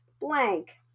blank